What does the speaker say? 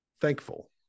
thankful